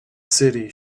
city